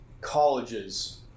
colleges